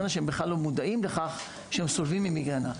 שבכלל לא מודעים לכך שהם סובלים ממיגרנה.